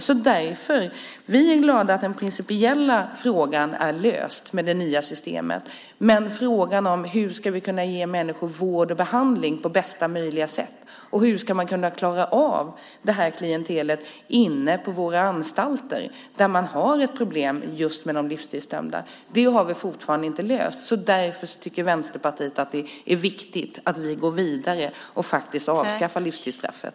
Vi är glada över att den principiella frågan är löst i och med det nya systemet. Men frågan om hur vi ska kunna ge människor vård och behandling på bästa möjliga sätt och hur man ska kunna klara av detta klientel inne på våra anstalter där man har problem just med de livstidsdömda har vi fortfarande inte löst. Därför tycker Vänsterpartiet att det är viktigt att vi går vidare och faktiskt avskaffar livstidsstraffet.